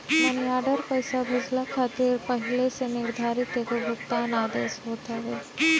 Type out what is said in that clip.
मनी order पईसा भेजला खातिर पहिले से निर्धारित एगो भुगतान आदेश होत हवे